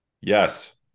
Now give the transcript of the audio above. yes